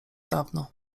dawno